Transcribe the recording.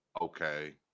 Okay